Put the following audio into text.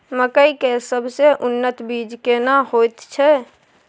मकई के सबसे उन्नत बीज केना होयत छै?